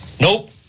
nope